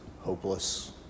hopeless